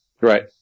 right